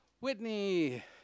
Whitney